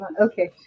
okay